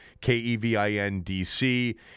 K-E-V-I-N-D-C